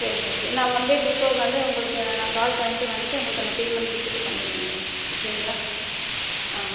சரி ஓகே நான் one day before வந்து உங்ளுக்கு நான் கால் பண்ணிட்டு வந்துவிட்டு உங்களுக்கு அந்த பேமெண்ட் குடுத்துவிட்டு பண்ணிடுறேன் மேடம் ஓகேங்ளா ஆ